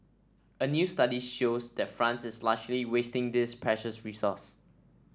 a new study shows that France is largely wasting this precious resource